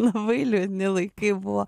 labai liūdni laikai buvo